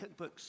Cookbooks